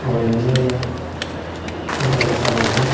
सहायनोनो गोब्राब जालांबाय